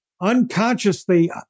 unconsciously